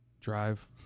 drive